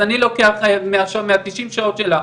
אז אני לוקח מהתשעים שעות שלה,